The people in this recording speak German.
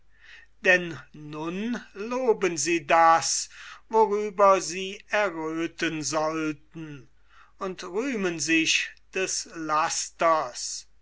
denn loben sie das worüber sie erröthen sollten und rühmen sich des lasters